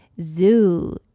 Zoo